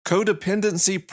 Codependency